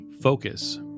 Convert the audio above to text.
focus